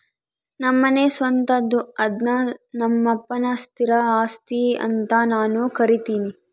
ನಮ್ಮನೆ ಸ್ವಂತದ್ದು ಅದ್ನ ನಮ್ಮಪ್ಪನ ಸ್ಥಿರ ಆಸ್ತಿ ಅಂತ ನಾನು ಕರಿತಿನಿ